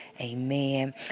amen